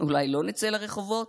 אולי לא נצא לרחובות?